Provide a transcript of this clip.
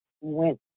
went